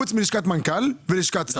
חוץ מלשכת מנכ"ל ולשכת שר.